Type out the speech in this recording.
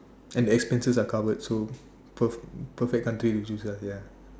and the expenses are covered so per~ perfect country to choose lah ya